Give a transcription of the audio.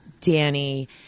Danny